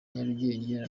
nyarugenge